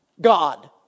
God